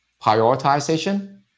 prioritization